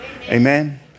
Amen